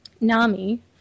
Nami